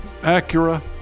Acura